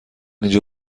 اینجا